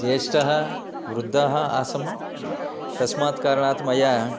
ज्येष्ठः वृद्धः आसं तस्मात् कारणात् मया